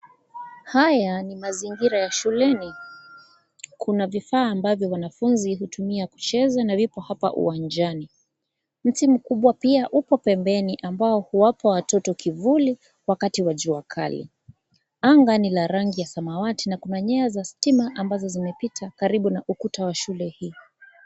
Haya ni mazingira ya shuleni. Kuna vifaa ambavyo wanafunzi hutumia kucheza na vipo hapo uwanjani. Mti mkubwa pia upo pembeni ambao huwapa watoto kivuli, wakati wa jua kali. Anga ni la rangi ya samawati na kuna nyaya za stima ambazo zimepita karibu na ukuta wa shule hii.